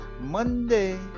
monday